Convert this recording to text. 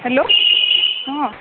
hello অঁ